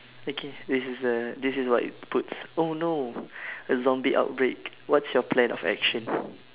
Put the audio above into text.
okay this is the this is what it puts oh no a zombie outbreak what's your plan of action